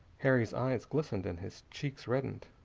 harry's eyes glistened and his cheeks reddened.